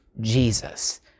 Jesus